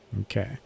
Okay